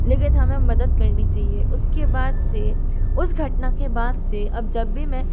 लेकिन हमें मदद करनी चाहिये उसके बाद से उस घटना के बाद से अब जब भी मैं